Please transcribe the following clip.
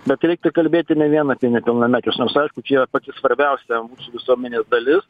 bet reiktų kalbėti ne vien apie nepilnamečius nors aišku čia yra pati svarbiausia mūsų visuomenės dalis